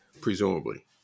presumably